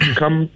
come